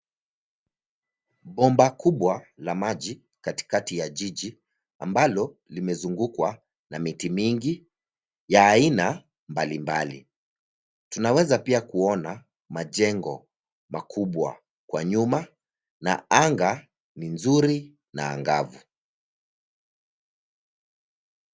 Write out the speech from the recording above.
Bomba kubwa la maji katikati ya jiji ambalo limezungukwa na miti ya aina mbalimbali. Tunaweza pia kuona majengo makubwa kwa nyuma, na anga ni nzuri na angavu.